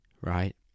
right